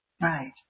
Right